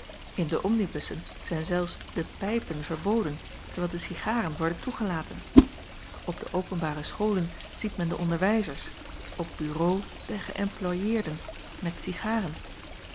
in de omnibussen zijn zelfs de pijpen verboden terwijl de cigaren worden toegelaten op de openbare scholen ziet men de onderwijzers op bureaux de geëmploijeerden met cigaren